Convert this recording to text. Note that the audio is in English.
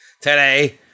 today